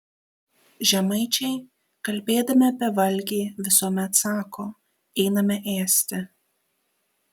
žemaičiai kalbėdami apie valgį visuomet sako einame ėsti